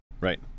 Right